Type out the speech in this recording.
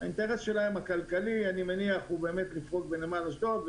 והאינטרס הכלכלי שלהם הוא לפרוק בנמל אשדוד.